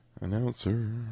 Announcer